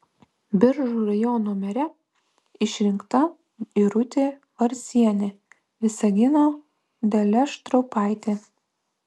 biržų rajono mere išrinkta irutė varzienė visagino dalia štraupaitė